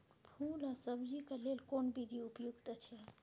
फूल आ सब्जीक लेल कोन विधी उपयुक्त अछि?